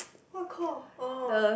what core orh